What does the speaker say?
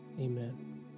amen